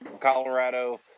colorado